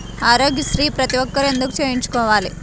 ఆరోగ్యశ్రీ ప్రతి ఒక్కరూ ఎందుకు చేయించుకోవాలి?